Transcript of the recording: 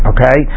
Okay